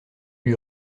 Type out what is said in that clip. lui